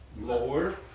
lower